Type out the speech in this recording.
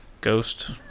ghost